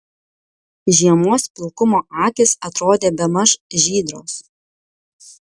žiemos pilkumo akys atrodė bemaž žydros